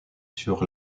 sur